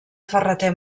ferrater